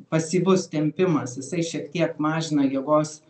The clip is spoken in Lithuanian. pasyvus tempimas jisai šiek tiek mažina jėgos